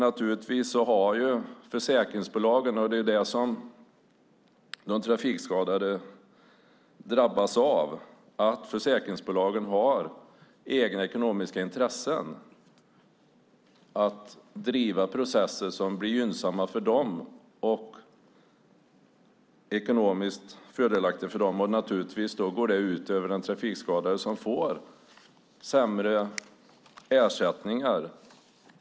Naturligtvis har försäkringsbolagen - och det är detta trafikskadade drabbas av - egna ekonomiska intressen att driva processer som blir gynnsamma och ekonomiskt fördelaktiga för dem. Det går naturligtvis ut över den trafikskadade som får sämre ersättningar.